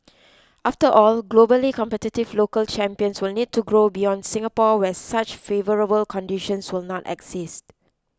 after all globally competitive local champions will need to grow beyond Singapore where such favourable conditions will not exist